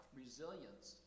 resilience